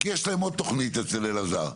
כי יש להם עוד תוכנית אצל אלעזר.